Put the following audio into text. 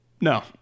No